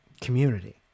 community